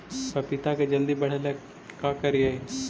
पपिता के जल्दी बढ़े ल का करिअई?